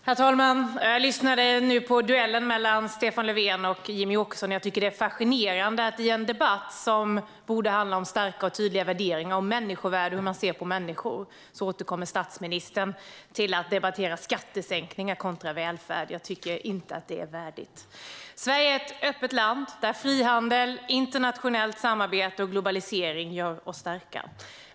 Herr talman! Jag lyssnade på duellen mellan Stefan Löfven och Jimmie Åkesson, och jag tycker att det är fascinerande att i en debatt som borde handla om starka och tydliga värderingar när det gäller människovärde och hur man ser på människor återkommer statsministern till att debattera skattesänkningar kontra välfärd. Jag tycker inte att det är värdigt. Sverige är ett öppet land där frihandel, internationellt samarbete och globalisering gör oss starka.